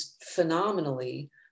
phenomenally